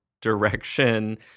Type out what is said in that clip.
direction